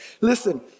Listen